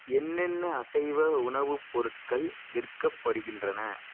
என்னென்ன அசைவ உணவுப் பொருட்கள் விற்கப்படுகின்றன